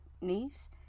niece